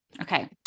okay